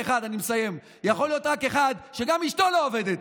אני מסיים, יכול להיות רק אחד שגם אשתו לא עובדת.